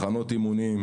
מחנות אימונים,